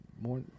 more